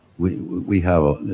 we we have a,